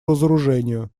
разоружению